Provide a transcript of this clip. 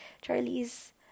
Charlie's